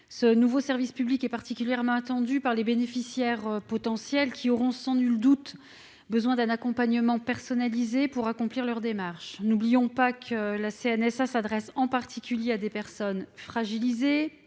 Ce nouveau service public est particulièrement attendu par les bénéficiaires potentiels, qui auront sans nul doute besoin d'un accompagnement personnalisé pour accomplir leurs démarches. N'oublions pas que la CNSA s'adresse en particulier à des personnes fragilisées,